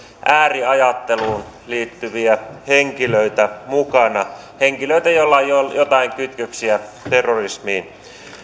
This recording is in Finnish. ääriajatteluun liittyviä henkilöitä henkilöitä joilla on joitain kytköksiä terrorismiin